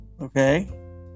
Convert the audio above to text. okay